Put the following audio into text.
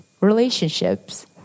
relationships